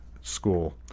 school